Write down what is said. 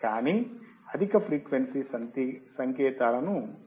కానీ అధిక ఫ్రీక్వెన్సీ సంకేతాలను అనుమతించదు